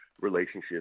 relationship